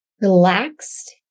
relaxed